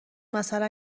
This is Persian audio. مثلا